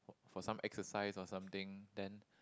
for some exercise or something then